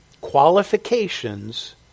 qualifications